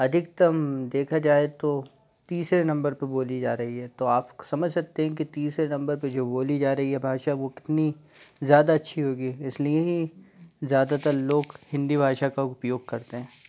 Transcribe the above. अधिकतम देखा जाए तो तीसरे नंबर पर बोली जा रही है तो आप समझ सकते हैं कि तीसरे नंबर पे जो बोली जा रही है भाषा वो कितनी ज़्यादा अच्छी होगी इसलिए ज़्यादातर लोग हिन्दी भाषा का उपयोग करते हैं